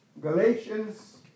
Galatians